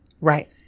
Right